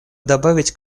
добавить